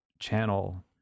channel